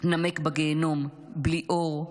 נמק בגיהינום בלי אור,